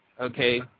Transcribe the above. okay